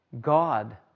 God